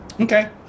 Okay